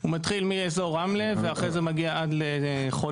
הוא מתחיל מאזור רמלה ואחרי זה מגיע עד לחולון.